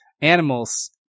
animals